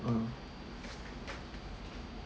uh